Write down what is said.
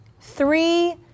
three